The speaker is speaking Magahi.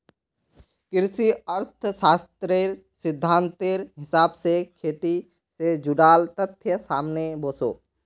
कृषि अर्थ्शाश्त्रेर सिद्धांतेर हिसाब से खेटी से जुडाल तथ्य सामने वोसो